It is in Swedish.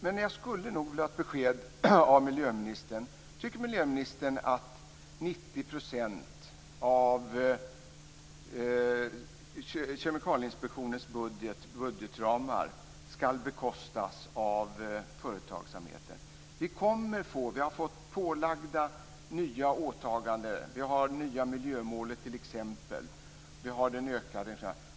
Men jag skulle nog vilja ha ett besked från miljöministern om han tycker att 90 % inom Kemikalieinspektionens budgetramar ska bekostas av företagsamheten. Vi har fått pålagda nya åtaganden. Vi har t.ex. nya miljömål.